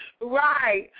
Right